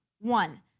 One